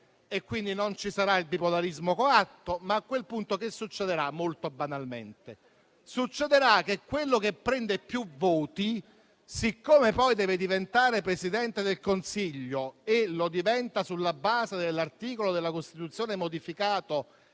e quindi non ci sarà il bipolarismo coatto. A quel punto, succederà molto banalmente che chi prende più voti, siccome deve diventare Presidente del Consiglio e lo diventa sulla base dell'articolo della Costituzione modificato